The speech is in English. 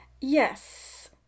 Yes